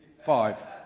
Five